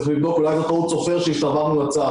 צריך לבדוק, אולי זו טעות סופר שהשתלבה בצו.